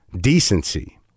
decency